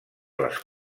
les